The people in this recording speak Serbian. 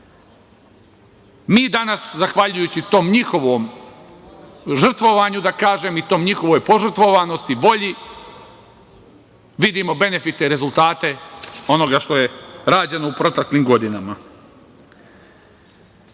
danas zahvaljujući tom njihovom žrtvovanju, da kažem, i toj njihovoj požrtvovanosti, volji vidimo benefite i rezultate onoga što je rađeno u proteklim godinama. Na